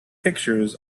pictures